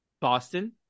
Boston